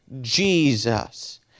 Jesus